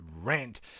rant